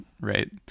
Right